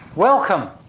welcome.